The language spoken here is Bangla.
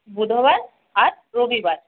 বুধবার আর রবিবার